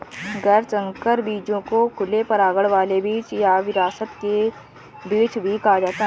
गैर संकर बीजों को खुले परागण वाले बीज या विरासत के बीज भी कहा जाता है